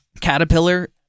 caterpillar